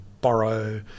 borrow